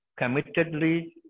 committedly